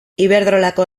iberdrolako